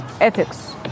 ethics